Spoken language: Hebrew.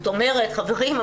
חברים,